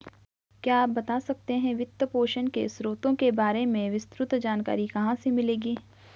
क्या आप बता सकते है कि वित्तपोषण के स्रोतों के बारे में विस्तृत जानकारी कहाँ से मिलेगी?